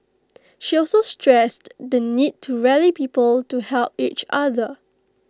she also stressed the need to rally people to help each other